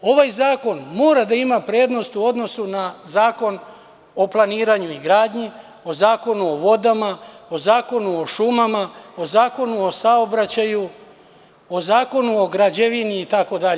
Ovaj zakon mora da ima prednost u odnosu na Zakon o planiranju i izgradnji, Zakon o vodama, Zakon o šumama, Zakonu o saobraćaju, Zakonu o građevini itd.